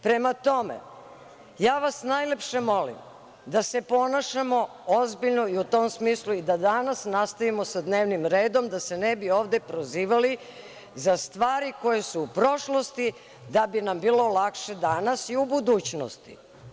Prema tome, ja vas najlepše molim da se ponašamo ozbiljno i u tom smislu da i danas nastavimo sa dnevnim redom, da se ne bi ovde prozivali za stvari koje su u prošlosti, da bi nam bilo lakše danas i u budućnosti.